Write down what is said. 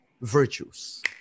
virtues